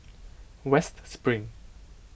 West Spring